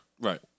Right